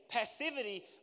Passivity